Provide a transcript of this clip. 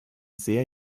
sehr